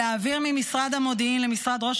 להעביר ממשרד המודיעין למשרד ראש